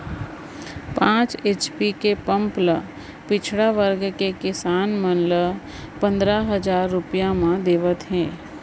पांच एच.पी के पंप ल पिछड़ा वर्ग के किसान मन ल पंदरा हजार रूपिया म देवत हे